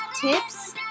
tips